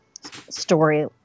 story